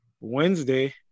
Wednesday